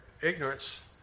ignorance